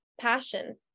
passion